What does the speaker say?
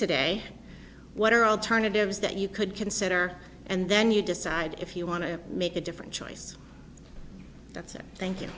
today what are alternatives that you could consider and then you decide if you want to make a different choice that's it thank you